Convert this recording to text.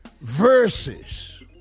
Verses